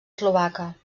eslovaca